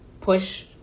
push